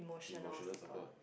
emotional support